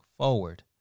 forward